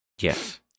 Yes